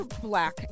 black